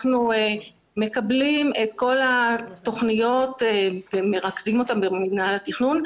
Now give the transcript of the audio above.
אנחנו מקבלים את כל התוכניות ומרכזים אותן במינהל התכנון,